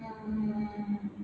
mm